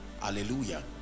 Hallelujah